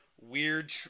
Weird